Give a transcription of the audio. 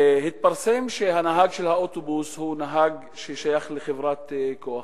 התפרסם שהנהג של האוטובוס שייך לחברת כוח-אדם.